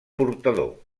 portador